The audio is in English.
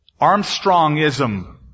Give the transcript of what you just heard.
Armstrongism